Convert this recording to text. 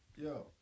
Yo